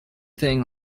thing